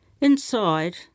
Inside